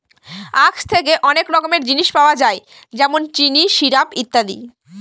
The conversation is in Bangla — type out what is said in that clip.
আঁখ থেকে অনেক রকমের জিনিস পাওয়া যায় যেমন চিনি, সিরাপ, ইত্যাদি